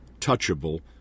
touchable